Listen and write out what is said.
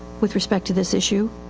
with respect to this issue.